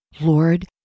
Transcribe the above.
Lord